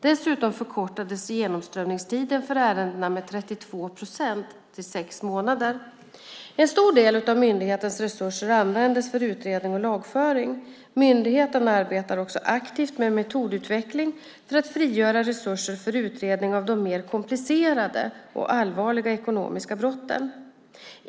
Dessutom förkortades genomströmningstiden för ärendena med 32 procent till sex månader. En stor del av myndighetens resurser användes för utredning och lagföring. Myndigheten arbetar också aktivt med metodutveckling för att frigöra resurser för utredning av de mer komplicerade och allvarliga ekonomiska brotten.